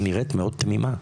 היא נראית מאוד תמימה.